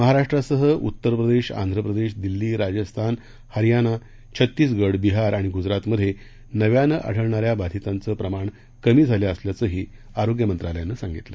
महाराष्ट्रासह उत्तर प्रदेश आंध्र प्रदेश दिल्ली राज्यस्थान हरयाणा छत्तीसगढ बिहार आणि गुजरातमधे नव्यानं आढळणाऱ्या बाधितांचं प्रमाण कमी झालं असल्याचंही आरोग्य मंत्रालयानं सांगितलं